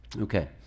okay